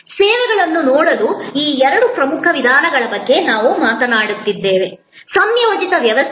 ಸೇವೆಗಳನ್ನು ನೋಡುವ ಈ ಎರಡು ಪ್ರಮುಖ ವಿಧಾನಗಳ ಬಗ್ಗೆ ನಾವು ಮಾತನಾಡಿದ್ದೇವೆ ಸಂಯೋಜಿತ ವ್ಯವಸ್ಥೆ